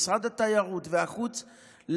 ממשרד התיירות והחוץ,